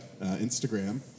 Instagram